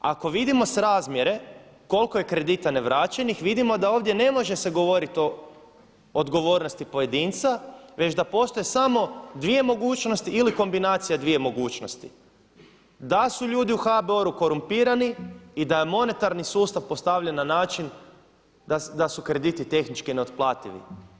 Znači ako vidimo srazmjere koliko je kredita ne vraćenih vidimo da se ovdje ne može govoriti o odgovornosti pojedinca, već da postoje samo dvije mogućnosti ili kombinacija dviju mogućnosti, da su ljudi u HBOR-u korumpirani i da je monetarni sustav postavljen na način da su krediti tehnički neotplativi.